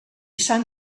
sant